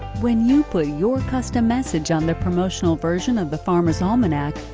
when you put your custom message on the promotional version of the farmers' almanac,